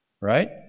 right